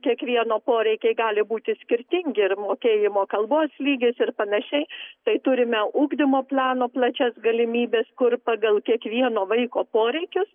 kiekvieno poreikiai gali būti skirtingi ir mokėjimo kalbos lygis ir panašiai tai turime ugdymo plano plačias galimybes kur pagal kiekvieno vaiko poreikius